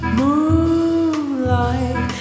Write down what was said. moonlight